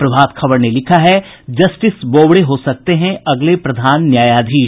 प्रभात खबर ने लिखा है जस्टिस बोबड़े हो सकते हैं अगले प्रधान न्यायाधीश